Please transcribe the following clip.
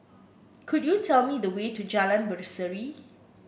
could you tell me the way to Jalan Berseri